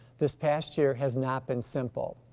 this past year has not been simple.